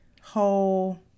whole